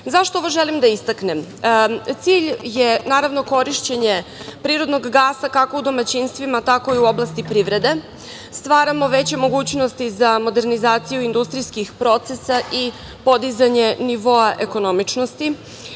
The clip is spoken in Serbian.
ovo želim da istaknem? Cilj je, naravno, korišćenje prirodnog gasa, kako u domaćinstvima, tako i u oblasti privrede. Stvaramo veće mogućnosti za modernizaciju industrijskih procesa i podizanje nivoa ekonomičnosti.